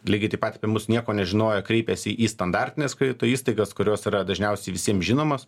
lygiai taip pat apie mus nieko nežinojo kreipėsi į standartines kredito įstaigas kurios yra dažniausiai visiem žinomos